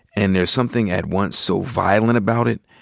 and there's something at once so violent about it,